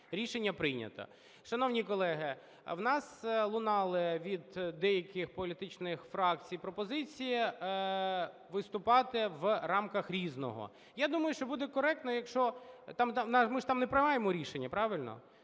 Рішення прийнято. Шановні колеги, у нас лунали від деяких політичних фракцій пропозиції виступати в рамках "Різного". Я думаю, що буде дуже коректно, якщо там ми ж там не приймаємо рішення, правильно?